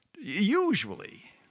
usually